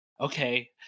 okay